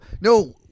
no